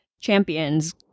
champions